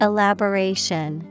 Elaboration